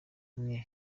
mwe